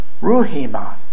ruhima